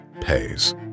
pays